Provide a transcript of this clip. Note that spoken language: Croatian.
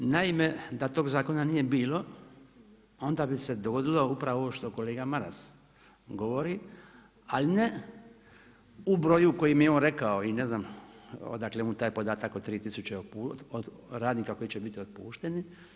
Naime, da tog zakona nije bilo onda bi se dogodilo upravo ovo što kolega Maras govori, ali ne u broju u kojem je on rekao i ne znam odakle mu taj podatak od 3000, od radnika koji će biti otpušteni.